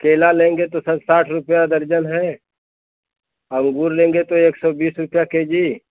केला लेंगे तो सर साठ रुपया दर्जन है अंगूर लेंगे तो एक सौ बीस रुपया केजी